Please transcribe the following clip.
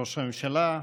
ראש הממשלה,